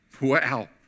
Wow